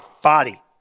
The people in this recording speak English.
Body